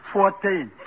Fourteen